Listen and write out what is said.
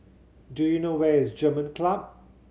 do you know where is German Club